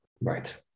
right